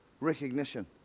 recognition